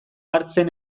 hartzen